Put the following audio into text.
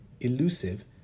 elusive